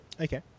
Okay